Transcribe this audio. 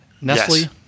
Nestle